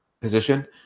position